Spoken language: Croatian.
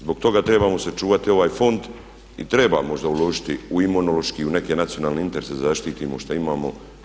Zbog toga trebamo sačuvati ovaj fond i treba možda uložiti u Imunološki i u neke nacionalne interese da zaštitimo šta imamo.